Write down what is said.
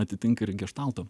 atitinka ir geštalto